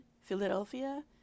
Philadelphia